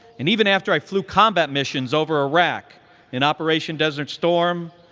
and even after i flew combat missions over iraq in operation desert storm,